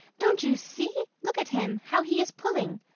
don't you see? look at him how he is pulling.